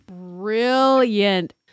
Brilliant